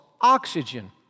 oxygen